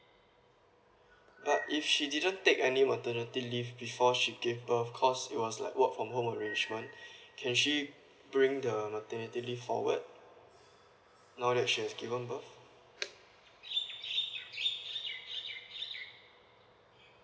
but if she didn't take any maternity leave before she gave birth cause it was like work from home arrangement can she bring the maternity leave forward now that she has given birth